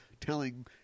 telling